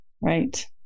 right